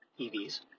EVs